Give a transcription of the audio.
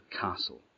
castle